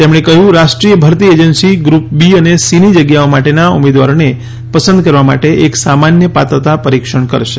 તેમણે કહ્યું રાષ્ટ્રીય ભરતી એજન્સી ગ્રુપ બી અને સી ની જગ્યાઓ માટેના ઉમેદવારોને પસંદ કરવા માટે એક સામાન્ય પાત્રતા પરીક્ષણ કરશે